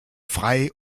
frei